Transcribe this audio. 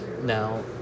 Now